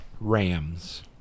Rams